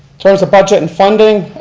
terms of budget and funding,